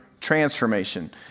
transformation